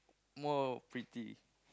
more pretty